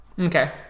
Okay